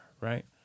right